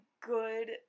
good